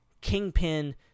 Kingpin